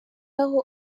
aho